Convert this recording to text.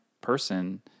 person